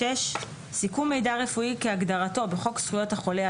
סיכום מידע רפואי כהגדרתו בחוק זכויות החולה,